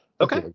Okay